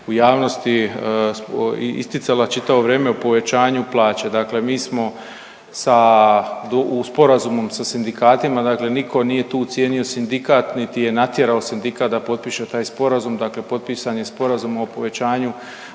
u javnosti isticala čitavo vrijeme o povećanju plaće. Dakle, mi smo sa u sporazumom sa sindikatima, dakle nitko nije tu ucijenio sindikat niti je natjerao sindikat da potpiše taj sporazum. Dakle potpisan je sporazum o povećanju